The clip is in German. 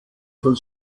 von